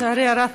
לצערי הרב,